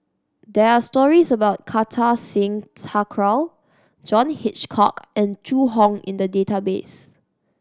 does stories about Kartar Singh Thakral John Hitchcock and Zhu Hong in the database